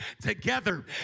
together